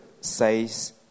says